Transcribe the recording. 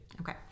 Okay